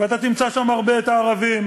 ואתה תמצא שם הרבה את הערבים,